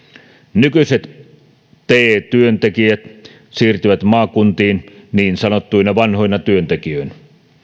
nykyiset te työntekijät siirtyvät maakuntiin niin sanottuina vanhoina työntekijöinä